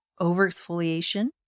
Overexfoliation